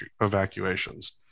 evacuations